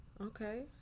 Okay